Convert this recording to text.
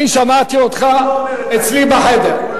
אני שמעתי אותך אצלי בחדר,